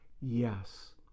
yes